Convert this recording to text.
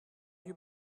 you